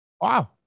Wow